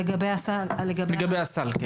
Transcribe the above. לגבי הסל?